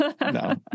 no